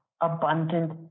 abundant